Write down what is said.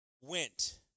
went